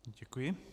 Děkuji.